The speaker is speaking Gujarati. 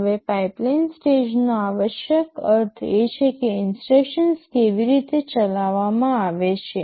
હવે પાઇપલાઇન સ્ટેજનો આવશ્યક અર્થ એ છે કે ઇન્સટ્રક્શન્સ કેવી રીતે ચલાવવામાં આવે છે